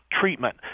treatment